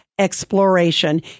Exploration